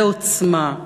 ועוצמה.